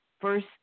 first